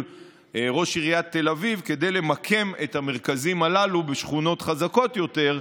ראש עיריית תל אביב כדי למקם את המרכזים הללו בשכונות חזקות יותר,